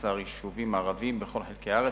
יישובים ערביים בכל חלקי הארץ,